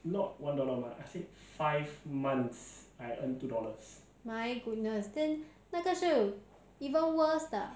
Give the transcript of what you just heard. my goodness then 那个是 even worse 的